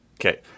Okay